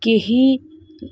केही